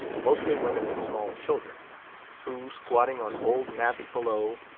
mostly women and small children who, squatting on old mats below,